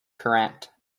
currant